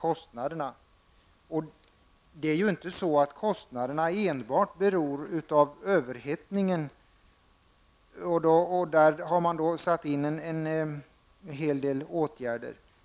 Kostnaderna beror inte enbart på överhettningen. Med anledning av den har man satt in en hel del åtgärder.